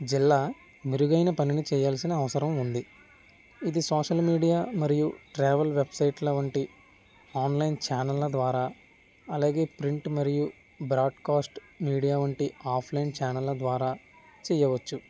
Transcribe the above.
జిల్లా మెరుగైన పనిని చేయాల్సిన అవసరం ఉంది ఇది సోషల్ మీడియా మరియు ట్రావెల్ వెబ్సైట్ల వంటి ఆన్లైన్ ఛానల్ల ద్వారా అలాగే ప్రింట్ మరియు బ్రాడ్కాస్ట్ మీడియా వంటి ఆఫ్లైన్ ఛానల్ల ద్వారా చేయవచ్చు